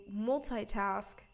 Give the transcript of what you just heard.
multitask